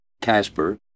Casper